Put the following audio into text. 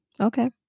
Okay